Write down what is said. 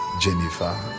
Jennifer